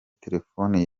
telefoni